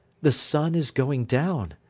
the sun is going down.